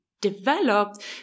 developed